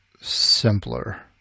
simpler